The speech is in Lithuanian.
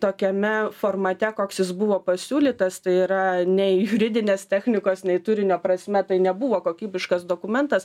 tokiame formate koks jis buvo pasiūlytas tai yra nei juridinės technikos nei turinio prasme tai nebuvo kokybiškas dokumentas